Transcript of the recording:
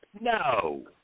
No